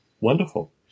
Wonderful